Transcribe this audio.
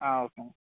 okay అండీ